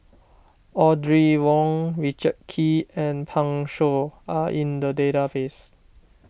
Audrey Wong Richard Kee and Pan Shou are in the database